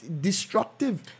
destructive